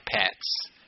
pets